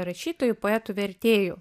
rašytojų poetų vertėjų